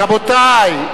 רבותי,